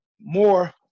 more